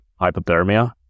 hypothermia